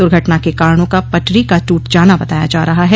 दुर्घटना के कारणों का पटरी का टूट जाना बताया जा रहा है